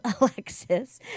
Alexis